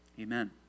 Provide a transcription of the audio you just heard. Amen